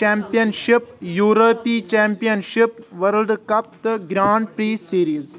championship, یورپی championship, world cup تہٕ grand پی سیٖریٖز